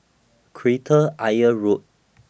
Kreta Ayer Road